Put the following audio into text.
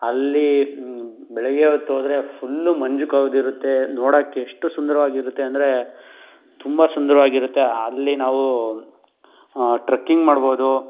ಅಲ್ಲಿ ಬೆಳಿಗ್ಗೆ ಹೊತ್ತು ಹೋದರೆ ಫುಲ್ಲು ಮಂಜು ಕವಿದಿರುತ್ತೆ ನೋಡೋಕ್ಕೆ ಎಷ್ಟು ಸುಂದರವಾಗಿರುತ್ತೆ ಅಂದರೆ ತುಂಬ ಸುಂದರವಾಗಿರುತ್ತೆ ಅಲ್ಲಿ ನಾವು ಟ್ರಕ್ಕಿಂಗ್ ಮಾಡ್ಬೋದು